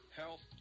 health